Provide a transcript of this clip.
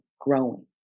growing